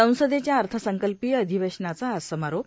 संसदेच्या अर्थसंकल्पीय अधिवेशनाचा आज समारोप